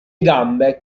gambe